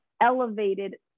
elevated